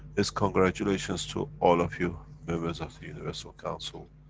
is congratulations to all of you members of the universal council,